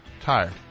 Tired